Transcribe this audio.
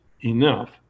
enough